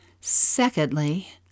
Secondly